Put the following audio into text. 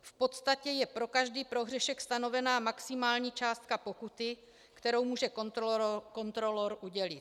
V podstatě je pro každý prohřešek stanovena maximální částka pokuty, kterou může kontrolor udělit.